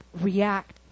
react